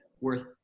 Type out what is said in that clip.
worth